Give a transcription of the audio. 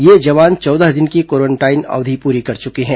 ये जवान चौदह दिन की क्वारेंटाइन अवधि पूरी कर चुके हैं